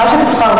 מה שתבחר.